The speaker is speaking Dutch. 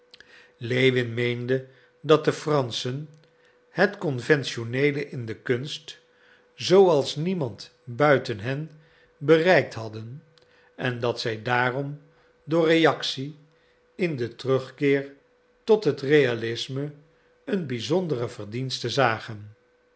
lewin meende dat de franschen het conventioneele in de kunst zooals niemand buiten hen bereikt hadden en dat zij daarom door reactie in den terugkeer tot het realisme een bizondere verdienste zagen